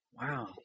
Wow